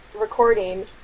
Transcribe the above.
recording